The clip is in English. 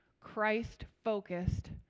Christ-focused